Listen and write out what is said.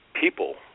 people